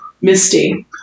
Misty